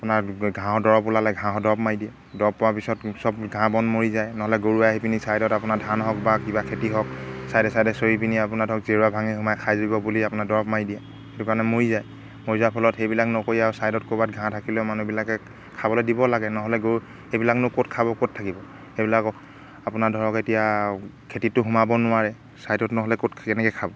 আপোনাৰ ঘাঁহৰ দৰৱ ওলালে ঘাঁহৰ দৰৱ মাৰি দিয়ে দৰৱ পোৱাৰ পিছত চব ঘাঁহ বন মৰি যায় নহ'লে গৰুৱে আহি পিনি ছাইদত আপোনাৰ ধান হওক বা কিবা খেতি হওক ছাইডে ছাইডে চৰি পিনি আপোনাৰ ধৰক জেওৰা ভাঙি সোমাই খাই দিব বুলি আপোনাৰ দৰৱ মাৰি দিয়ে সেইটো কাৰণে মৰি যায় মৰি যোৱাৰ ফলত সেইবিলাক নকৰি আৰু ছাইদত ক'ৰবাত ঘাঁহ থাকিলেও মানুহবিলাকে খাবলৈ দিব লাগে নহ'লে গৰু সেইবিলাক নো ক'ত খাব ক'ত থাকিব সেইবিলাক আপোনাৰ ধৰক এতিয়া খেতিতটো সোমাব নোৱাৰে ছাইডত নহ'লে ক'ত কেনেকৈ খাব